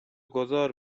گذار